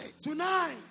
Tonight